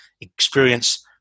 experience